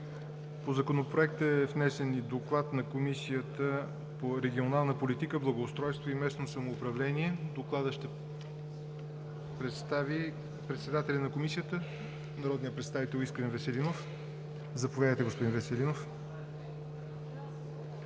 По Законопроекта е внесен и доклад на Комисията по регионална политика, благоустройство и местно самоуправление. Доклада ще представи председателят на Комисията народният представител Искрен Веселинов. Заповядайте, господин Веселинов.